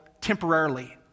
temporarily